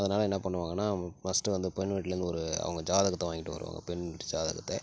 அதனால் என்ன பண்ணுவாங்கன்னா ஃபர்ஸ்ட் வந்து பெண்ணு வீட்டில் இருந்து ஒரு அவங்க ஜாதகத்தை வாங்கிகிட்டு வருவாங்க பெண் வீட்டு ஜாதகத்தை